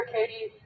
Katie